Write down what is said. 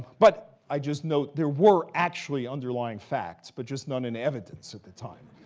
but i just note, there were actually underlying facts, but just none in evidence at the time.